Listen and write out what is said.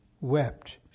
wept